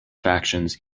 factions